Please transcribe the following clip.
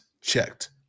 checked